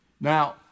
Now